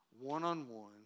one-on-one